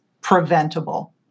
preventable